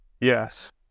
Yes